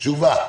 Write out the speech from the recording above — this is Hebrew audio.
תשובה.